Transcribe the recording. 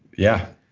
yeah